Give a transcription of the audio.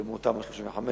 כמו תמ"א 35,